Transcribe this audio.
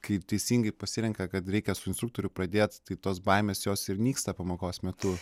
kaip teisingai pasirenka kad reikia su instruktorium pradėti tos baimės jos ir nyksta pamokos metu